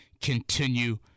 continue